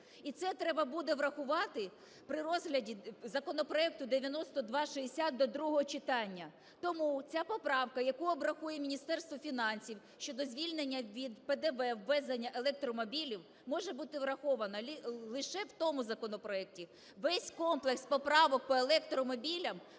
і це треба буде врахувати при розгляді законопроекту 9260 до другого читання. Тому ця поправка, яку обрахує Міністерство фінансів, щодо звільнення від ПДВ ввезення електромобілів може бути врахована лише в тому законопроекті. Весь комплекс поправок по електромобілям,